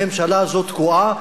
הממשלה הזאת תקועה,